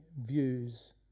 views